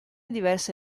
diverse